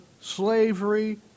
slavery